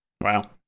Wow